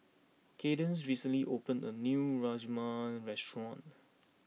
Kaydence recently opened a new Rajma restaurant